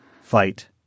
fight